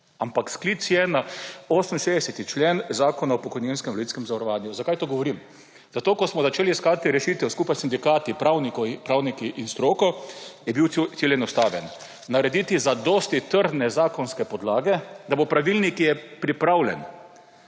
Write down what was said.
Ampak sklic je na 68. člen Zakona o pokojninskem in invalidskem zavarovanju. Zakaj to govorim? Zato ker ko smo začeli iskati rešitev skupaj s sindikati, pravniki in stroko, je bil cilj enostaven – narediti zadosti trdne zakonske podlage, da bo lahko pravilnik, ki je pripravljen